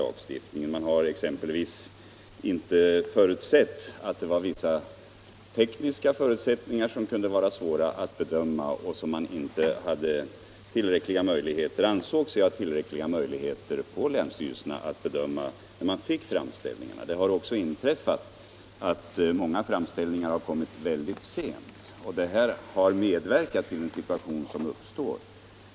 Exempelvis har man inte förutsett att vissa tekniska förhållanden kunde vara svåra att bedöma och att länsstyrelserna inte ansåg sig ha tillräckliga möjligheter att göra detta när de fick framställningarna. Många fram ställningar har också kommit mycket sent. Det här har medverkat till den situation som uppstått.